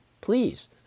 please